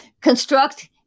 construct